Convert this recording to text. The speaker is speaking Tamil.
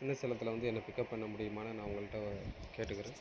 சின்ன சேலத்தில் வந்து என்னை பிக்கப் பண்ண முடியுமானு நான் உங்கள்கிட்ட கேட்டுக்கிறேன்